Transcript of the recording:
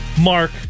Mark